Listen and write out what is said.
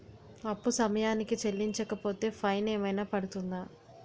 అప్పు సమయానికి చెల్లించకపోతే ఫైన్ ఏమైనా పడ్తుంద?